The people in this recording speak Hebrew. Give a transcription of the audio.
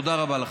תודה רבה לכם.